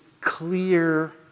clear